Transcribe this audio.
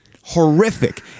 Horrific